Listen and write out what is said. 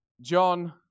John